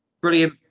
Brilliant